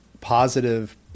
positive